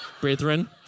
brethren